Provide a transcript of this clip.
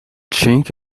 chink